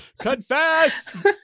Confess